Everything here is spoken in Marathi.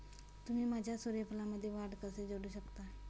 तुम्ही माझ्या सूर्यफूलमध्ये वाढ कसे जोडू शकता?